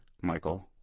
Michael